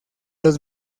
los